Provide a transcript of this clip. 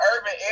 urban